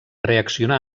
reaccionar